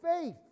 faith